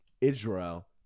Israel